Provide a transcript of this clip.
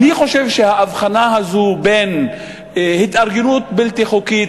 אני חושב שההבחנה הזאת בין התארגנות בלתי חוקית